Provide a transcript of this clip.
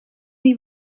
die